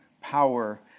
power